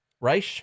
reich